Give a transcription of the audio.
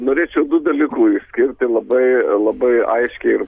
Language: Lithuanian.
norėčiau dalykų išskirti labai labai aiškiai ir